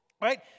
Right